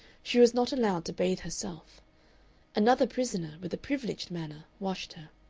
she was not allowed to bathe herself another prisoner, with a privileged manner, washed her.